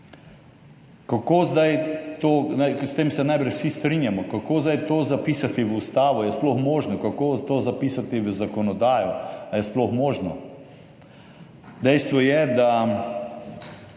S tem se najbrž vsi strinjamo, kako pa zdaj to zapisati v ustavo? Ali je sploh možno? Kako to zapisati v zakonodajo? Ali je sploh možno? Dejstvo je, da